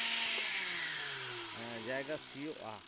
ᱡᱟᱭᱜᱟ ᱥᱤᱭᱚᱜᱼᱟ